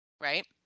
Right